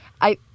I-